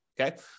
okay